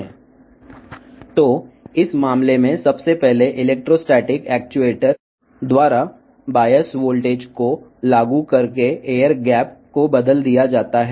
కాబట్టి ఈ సందర్భంలో మొదట బయాస్ వోల్టేజ్ను వర్తింపజేయడం ద్వారా ఎలక్ట్రోస్టాటిక్ యాక్యుయేటర్ ద్వారా అంతరం మారుతుంది